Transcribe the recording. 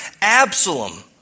Absalom